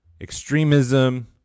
extremism